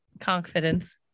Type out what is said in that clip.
confidence